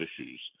issues